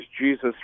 Jesus